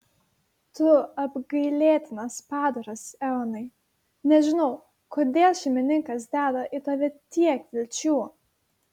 tu apgailėtinas padaras eonai nežinau kodėl šeimininkas deda į tave tiek vilčių